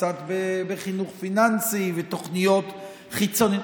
וקצת בחינוך פיננסי ותוכניות חיצוניות.